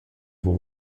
vos